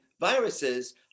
viruses